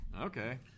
Okay